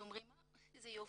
אומרים "איזה יופי,